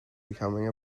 becoming